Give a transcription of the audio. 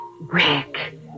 Rick